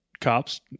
cops